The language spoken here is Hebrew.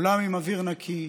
עולם עם אוויר נקי,